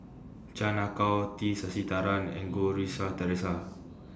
Chan Ah Kow T Sasitharan and Goh Rui Si Theresa